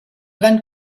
van